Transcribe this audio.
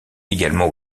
également